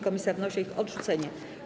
Komisja wnosi o ich odrzucenie.